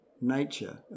nature